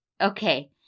okay